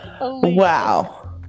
wow